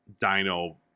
dino